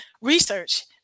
research